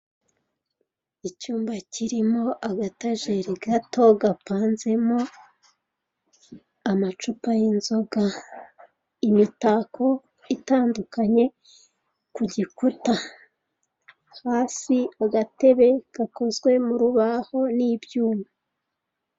Icyumba kirimo agatajeri gato gapanzemo amacupa y'inzoga, imitako itandukanye ku gikuta hasi ku gatebe gakonzwe mu rubaho n'ibyuma.